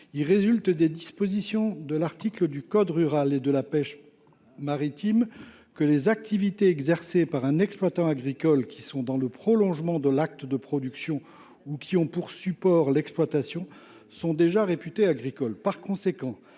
agricoles. Des dispositions de l’article L. 311 1 du code rural et de la pêche maritime, il résulte que « les activités exercées par un exploitant agricole qui sont dans le prolongement de l’acte de production ou qui ont pour support l’exploitation » sont déjà « réputées agricoles